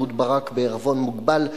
אהוד ברק בעירבון מוגבל,